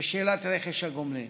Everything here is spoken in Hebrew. בשאלת רכש הגומלין.